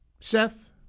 Seth